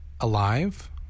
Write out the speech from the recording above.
alive